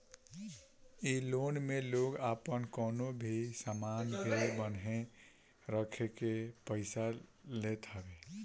इ लोन में लोग आपन कवनो भी सामान के बान्हे रखके पईसा लेत हवे